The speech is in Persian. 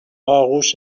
آغوش